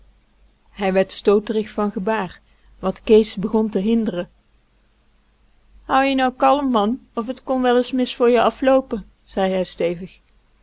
hij werd stooterig van gebaar wat kees begon te hinderen hou je nou kalm man of t kon wel is mis voor je afloopen zei hij stevig